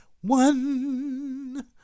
one